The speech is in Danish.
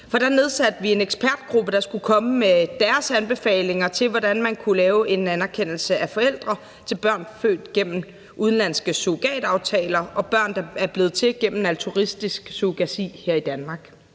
For da nedsatte vi en ekspertgruppe, der skulle komme med deres anbefalinger til, hvordan man kunne lave en anerkendelse af forældre til børn, der er født gennem udenlandske surrogataftaler, og børn, der er blevet til gennem altruistisk surrogati her i Danmark,